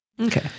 Okay